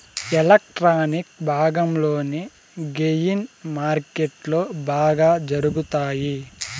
electronic భాగంలోని gain మార్కెట్లో బాగా జరుగుతాయి